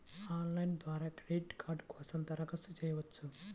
Online ద్వారా credit card కోసం దరఖాస్తు చేయవచ్చా?